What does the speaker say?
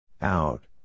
Out